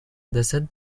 décède